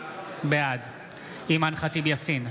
בעד אימאן ח'טיב יאסין,